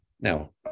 Now